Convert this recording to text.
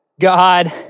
God